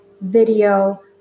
video